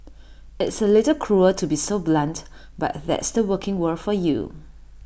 it's A little cruel to be so blunt but that's the working world for you